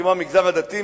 כמו המגזר הדתי,